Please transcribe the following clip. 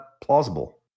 plausible